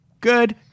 Good